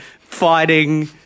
fighting